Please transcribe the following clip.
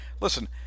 listen